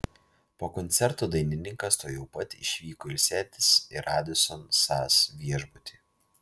po koncerto dainininkas tuojau pat išvyko ilsėtis į radisson sas viešbutį